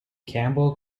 campbell